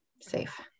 safe